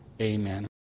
Amen